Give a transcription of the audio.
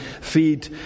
feed